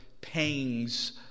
pangs